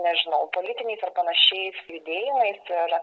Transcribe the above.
nežinau politiniais ar panašiais judėjimais ir